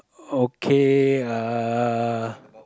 okay uh